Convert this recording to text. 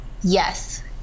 Yes